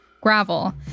gravel